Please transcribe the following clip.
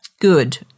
Good